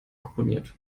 komponiert